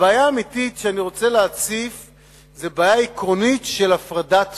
הבעיה העיקרית שאני רוצה להציף היא בעיה עקרונית של הפרדת תנועות.